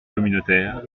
communautaire